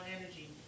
energy